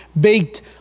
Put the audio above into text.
baked